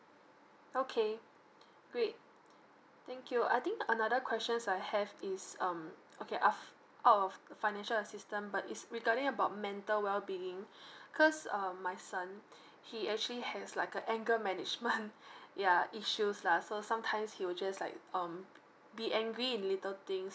okay great thank you I think another questions I have is um okay of out of the financial assistant but it's regarding about mental well being cause um my son he actually has like a anger management yeah issues lah so sometimes he will just like um be angry in little things